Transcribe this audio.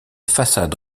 façade